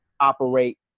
operate